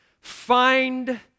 Find